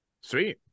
Sweet